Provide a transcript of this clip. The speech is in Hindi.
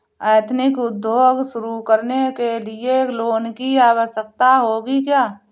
एथनिक उद्योग शुरू करने लिए लोन की आवश्यकता होगी क्या?